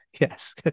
yes